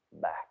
back